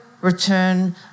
return